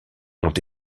ont